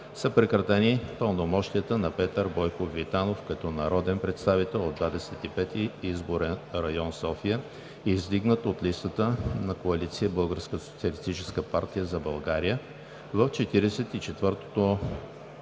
са прекратени пълномощията на Петър Бойков Витанов като народен представител от Двадесет и пети изборен район – София, издигнат от листата на коалиция „БСП за България“ в 44-ото